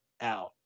out